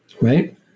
Right